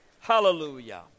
Hallelujah